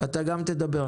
אתה גם תדבר.